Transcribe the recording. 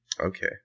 Okay